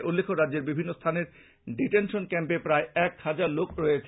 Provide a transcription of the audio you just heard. উল্লেখ্য রাজ্যের বিভিন্ন স্থানের ডিটেনশন ক্যাম্পে প্রায় এক হাজার লোক রয়েছেন